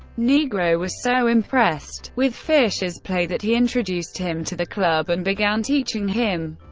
nigro was so impressed with fischer's play that he introduced him to the club and began teaching him.